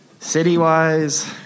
city-wise